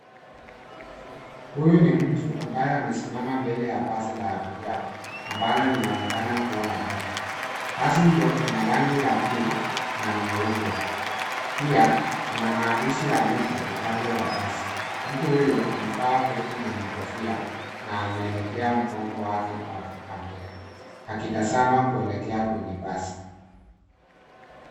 Huyu ni mtu ambaye amesima mbele ya basi la abiria ambalo linaonekana kuwa matatu. Basi hilo lina rangi ya bluu na nyeupe. Pua kuna maandishi ya metro upande wa basi. Mtu huyo amevaa koti lenye kofia na ameelekea mgongo wake wake kwa kamera akitazama kuelekea kwenye basi.